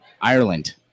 Ireland